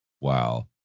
Wow